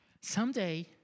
someday